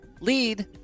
lead